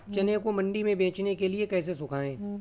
चने को मंडी में बेचने के लिए कैसे सुखाएँ?